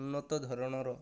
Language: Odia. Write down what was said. ଉନ୍ନତଧରଣର